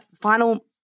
final